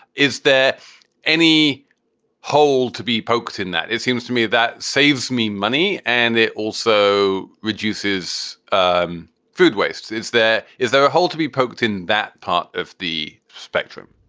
is there any hole to be poked in that? it seems to me that saves me money and it also reduces um food waste. is that is there a hole to be poked in that part of the spectrum?